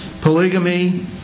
polygamy